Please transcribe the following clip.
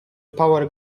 power